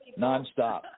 nonstop